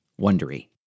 Wondery